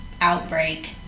outbreak